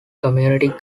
community